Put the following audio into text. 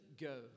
Go